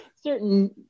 certain